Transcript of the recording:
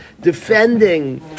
defending